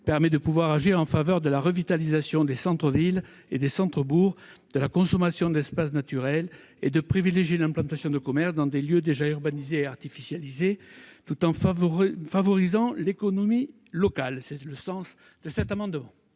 : d'une part, agir en faveur de la revitalisation des centres-villes et des centres-bourgs et de la consommation d'espaces naturels ; d'autre part, privilégier l'implantation de commerces dans des lieux déjà urbanisés et artificialisés tout en soutenant l'économie locale. Tel est le sens de cet amendement.